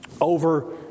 over